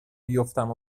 بیفتم